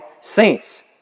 saints